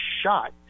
shot